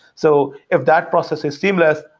so if that process is seamless,